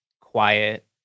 quiet